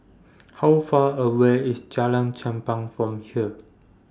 How Far away IS Jalan Chempah from here